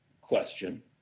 question